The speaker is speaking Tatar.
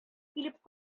килеп